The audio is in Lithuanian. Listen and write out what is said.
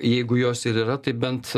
jeigu jos ir yra tai bent